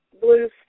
blues